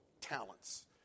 talents